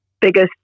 biggest